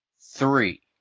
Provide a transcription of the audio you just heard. Three